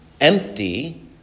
empty